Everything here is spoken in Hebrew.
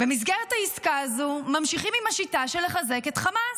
במסגרת העסקה הזו ממשיכים עם השיטה של לחזק את חמאס.